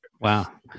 Wow